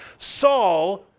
Saul